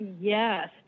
Yes